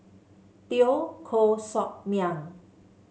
Teo Koh Sock Miang